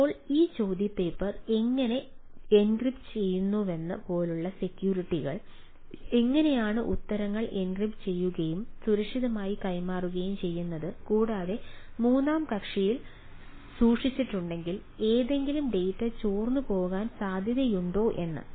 ഇപ്പോൾ ഈ ചോദ്യപേപ്പർ എങ്ങനെ എൻക്രിപ്റ്റ് ചെയ്യുകയും സുരക്ഷിതമായി കൈമാറുകയും ചെയ്യുന്നത് കൂടാതെ മൂന്നാം കക്ഷിയിൽ സൂക്ഷിച്ചിട്ടുണ്ടെങ്കിൽ ഏതെങ്കിലും ഡാറ്റ ചോർന്നു പോകാൻ സാധ്യതയുണ്ടോ എന്ന്